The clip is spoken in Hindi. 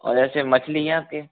और ऐसे मछली हैं आपके